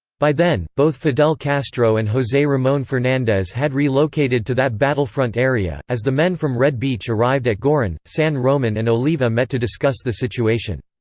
by then, both fidel castro and jose ramon fernandez had re-located to that battlefront area as the men from red beach arrived at giron, san roman and oliva met to discuss the situation.